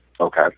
Okay